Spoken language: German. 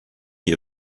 ihr